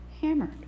hammered